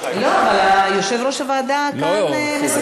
לא, אבל יושב-ראש הוועדה מסכם כאן את הדיון.